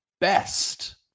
best